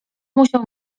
musiał